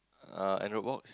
uh Android box